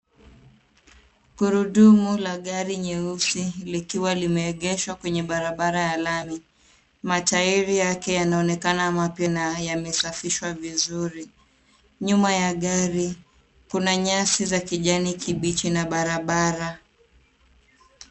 Gurudumu la gari nyeusi likiwa limeegeshwa kwenye barabara ya lami. Matairi yake yanaonekana mapya na yamesafishwa vizuri. Nyuma ya gari kuna nyasi za kijani kibichi na barabara.